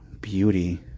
beauty